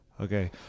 okay